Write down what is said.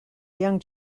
young